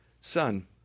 son